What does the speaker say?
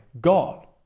God